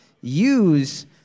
use